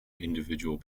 individual